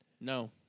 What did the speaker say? No